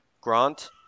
grant